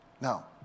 Now